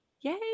Yay